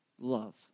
love